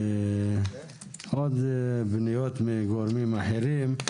היו עוד פניות מגורמים אחרים.